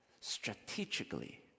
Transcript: strategically